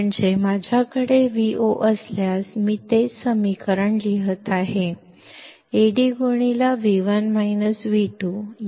ಅಂದರೆ ನಾನು Vo ಹೊಂದಿದ್ದರೆ ನಾನು ಅದೇ ಸಮೀಕರಣವನ್ನು Ad ಬರೆಯುತ್ತಿದ್ದೇನೆ